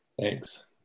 Thanks